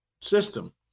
system